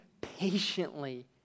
patiently